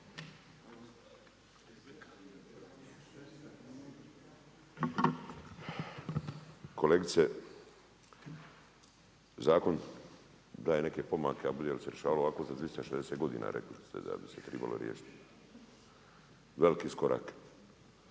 Kolegice, zakon daje neke pomake, ali bude li se rješavalo ovako za 260 godina, rekli biste da bi se trebalo riješiti. Veliki su koraci.